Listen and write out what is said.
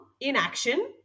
inaction